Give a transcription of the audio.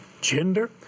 gender